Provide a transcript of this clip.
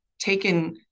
Taken